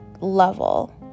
level